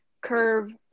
curve